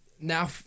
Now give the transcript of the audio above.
now